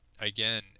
again